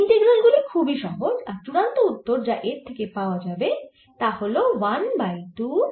এই ইন্টিগ্রাল গুলি খুবই সহজ আর চুড়ান্ত উত্তর যা এর থেকে পাওয়া যাবে তা হল 1 বাই 2